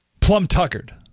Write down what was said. Plum-tuckered